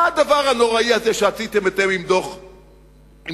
מה הדבר הנורא הזה שעשיתם עם דוח גולדסטון?